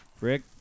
Rick